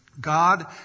God